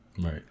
Right